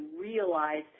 realize